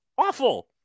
awful